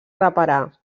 reparar